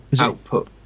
output